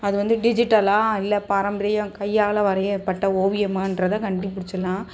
அது வந்து டிஜிட்டலாக இல்லை பாரம்பரியம் கையால் வரையப்பட்ட ஓவியமான்றதை கண்டுபிடிச்சிட்லாம்